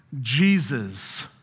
Jesus